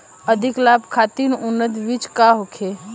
अधिक लाभ खातिर उन्नत बीज का होखे?